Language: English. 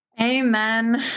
Amen